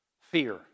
Fear